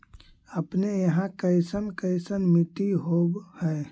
अपने यहाँ कैसन कैसन मिट्टी होब है?